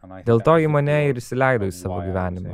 dėl toji mane ir įsileido į savo gyvenimą